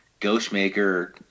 Ghostmaker